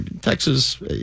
Texas